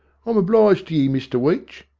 i'm obliged to ye, mr weech.